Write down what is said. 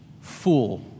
fool